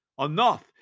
Enough